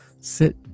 sit-